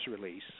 release